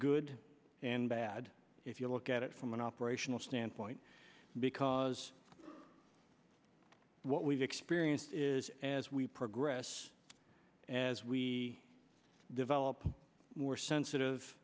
good and bad if you look at it from an operational standpoint because what we've experienced is as we progress as we develop more sensitive